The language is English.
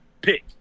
pick